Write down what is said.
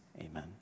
amen